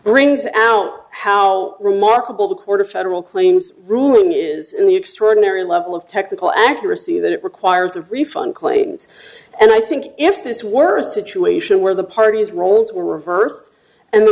brings out how remarkable the court of federal claims ruling is in the extraordinary level of technical accuracy that it requires a refund claims and i think if this were a situation where the parties roles were reversed and the